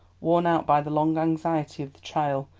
worn out by the long anxiety of the trial,